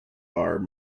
are